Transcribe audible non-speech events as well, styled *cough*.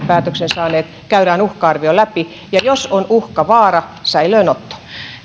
*unintelligible* päätöksen saaneiden kohdalla käydään uhka arvio läpi ja jos on uhka vaara tulee säilöönotto